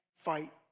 fight